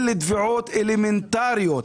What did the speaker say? אלה תביעות אלמנטריות.